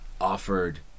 offered